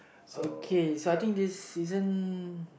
okay so I think this season